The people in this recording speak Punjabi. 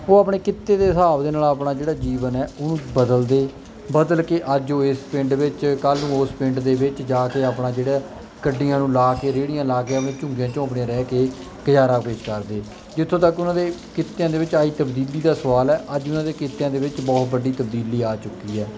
ਉਹ ਆਪਣੇ ਕਿੱਤੇ ਦੇ ਹਿਸਾਬ ਦੇ ਨਾਲ ਆਪਣਾ ਜਿਹੜਾ ਜੀਵਨ ਹੈ ਉਹਨੂੰ ਬਦਲਦੇ ਬਦਲ ਕੇ ਅੱਜ ਉਹ ਇਸ ਪਿੰਡ ਵਿੱਚ ਕੱਲ੍ਹ ਨੂੰ ਉਸ ਪਿੰਡ ਦੇ ਵਿੱਚ ਜਾ ਕੇ ਆਪਣਾ ਜਿਹੜਾ ਗੱਡੀਆਂ ਨੂੰ ਲਗਾ ਕੇ ਰੇਹੜੀਆਂ ਲਗਾ ਕੇ ਆਪਣੇ ਝੁੱਗੀਆਂ ਝੌਂਪੜੀਆਂ ਰਹਿ ਕੇ ਗੁਜ਼ਾਰਾ ਪੇਸ਼ ਕਰਦੇ ਜਿੱਥੋਂ ਤੱਕ ਉਹਨਾਂ ਦੇ ਕਿੱਤਿਆਂ ਦੇ ਵਿੱਚ ਆਈ ਤਬਦੀਲੀ ਦਾ ਸਵਾਲ ਹੈ ਅੱਜ ਉਹਨਾਂ ਦੇ ਕਿੱਤਿਆਂ ਦੇ ਵਿੱਚ ਬਹੁਤ ਵੱਡੀ ਤਬਦੀਲੀ ਆ ਚੁੱਕੀ ਹੈ